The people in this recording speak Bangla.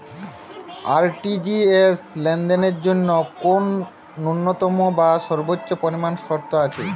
আর.টি.জি.এস লেনদেনের জন্য কোন ন্যূনতম বা সর্বোচ্চ পরিমাণ শর্ত আছে?